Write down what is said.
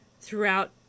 throughout